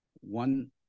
One